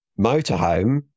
motorhome